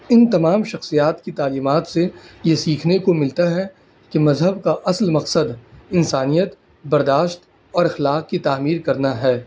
ان تمام شخصیات کی تعلیمات سے یہ سیکھنے کو ملتا ہے کہ مذہب کا اصل مقصد انسانیت برداشت اور اخلاق کی تعمیر کرنا ہے